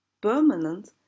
permanent